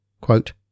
Quote